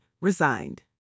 resigned